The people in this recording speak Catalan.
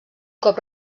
cop